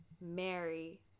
Mary